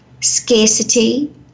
scarcity